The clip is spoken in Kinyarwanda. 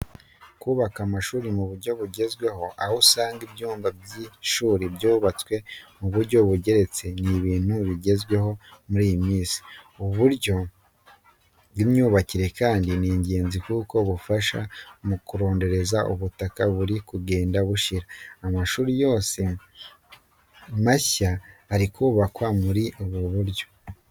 Kubaka amashuri mu buryo bugezweho aho usanga ibyumba by'ishuri byubatswe mu buryo bugeretse ni ibintu bigezweho muri iyi minsi. Ubu buryo bw'imyubakire kandi ni ingenzi kuko bufasha mu kurondereza ubutaka buri kugenda bushira. Amashuri yose mashya ari kubakwa muri ubu buryo.